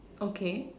okay